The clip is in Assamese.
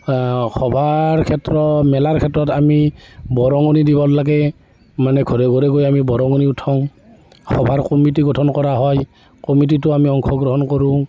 সভাৰ ক্ষেত্ৰত মেলাৰ ক্ষেত্ৰত আমি বৰঙণি দিব লাগে মানে ঘৰে ঘৰে গৈ আমি বৰঙণি উঠাওঁ সভাৰ কমিটি গঠন কৰা হয় কমিটিতো আমি অংশগ্ৰহণ কৰোঁ